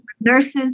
nurses